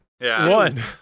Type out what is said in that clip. One